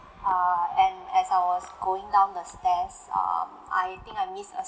err and as I was going down the stairs um I think I miss a